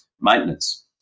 maintenance